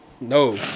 No